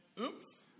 oops